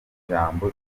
ijambo